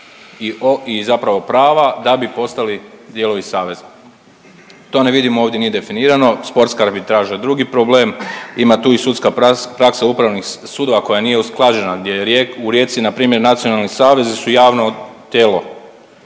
i zapravo prava da bi postali dijelovi saveza. To ne vidimo ovdje, nije definirano, …/Govornik se ne razumije./… traže drugi problem. Ima tu i sudska praksa upravnih sudova koja nije usklađena gdje u Rijeci npr. nacionalni savezi su javno tijelo,